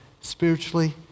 spiritually